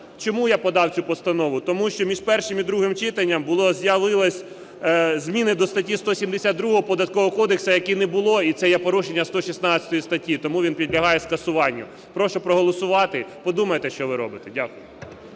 чому я подав цю постанову? Тому що між першим і другим читанням було, з'явились зміни до статті 172 Податкового кодексу, яких не було, і це є порушення 116 статті, тому він підлягає скасуванню. Прошу проголосувати. Подумайте, що ви робите. Дякую.